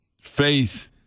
faith